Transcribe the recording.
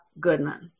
Goodman